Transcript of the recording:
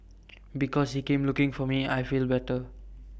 because he came looking for me I feel better